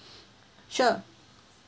sure